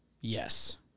Yes